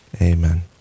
Amen